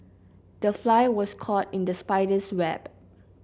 the fly was caught in the spider's web